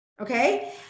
Okay